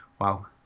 Wow